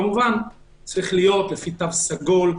כמובן שזה צריך להיות לפי תו סגול.